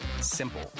Simple